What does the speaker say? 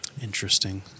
Interesting